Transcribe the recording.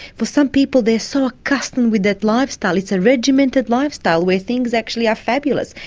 for some people they're so accustomed with that lifestyle it's a regimented lifestyle where things actually are fabulous.